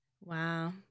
wow